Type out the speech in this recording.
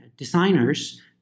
designers